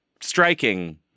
striking